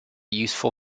useful